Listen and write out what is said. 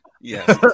yes